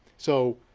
so,